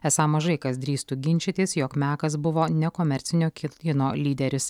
esą mažai kas drįstų ginčytis jog mekas buvo nekomercinio ki kino lyderis